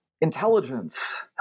intelligence